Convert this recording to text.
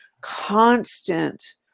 constant